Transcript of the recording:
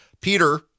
Peter